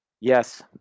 Yes